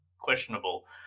questionable